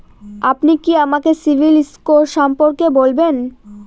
আপনি কি আমাকে সিবিল স্কোর সম্পর্কে বলবেন?